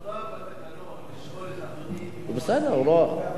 מותר בתקנון לשאול את אדוני אם הוא מסכים בסדר,